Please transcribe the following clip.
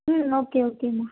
ம் ஓகே ஓகேம்மா